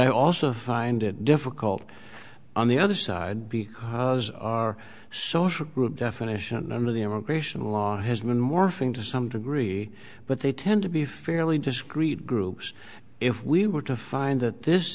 i also find it difficult on the other side because our social group definition of the immigration law has been morphing to some degree but they tend to be fairly disagreed groups if we were to find that this